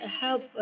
help